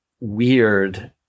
weird